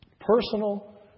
personal